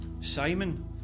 Simon